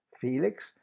Felix